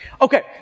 Okay